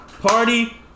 party